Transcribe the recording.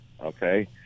okay